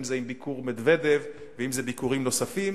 אם זה בביקור מדוודב ואם זה בביקורים נוספים,